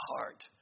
heart